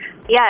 Yes